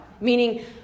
meaning